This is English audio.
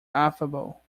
affable